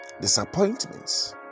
disappointments